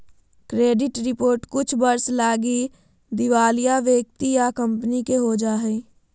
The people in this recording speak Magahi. क्रेडिट रिपोर्ट कुछ वर्ष लगी दिवालिया व्यक्ति या कंपनी के हो जा हइ